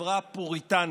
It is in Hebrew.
לחברה פוריטנית.